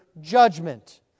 judgment